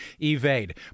evade